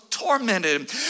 Tormented